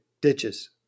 ditches